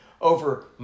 over